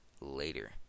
later